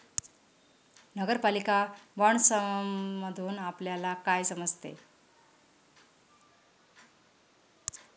नगरपालिका बाँडसमधुन आपल्याला काय समजते?